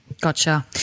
Gotcha